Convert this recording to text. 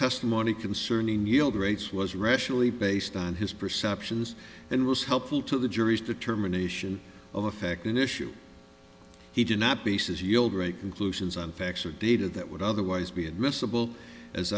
testimony concerning yield rates was rationally based on his perceptions and was helpful to the jury's determination of effect an issue he did not base is yielder a conclusions on facts or data that would otherwise be admissible as